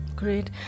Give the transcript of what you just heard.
great